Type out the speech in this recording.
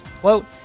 Quote